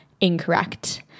incorrect